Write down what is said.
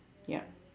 yup